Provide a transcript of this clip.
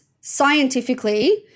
scientifically